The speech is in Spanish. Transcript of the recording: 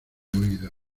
oído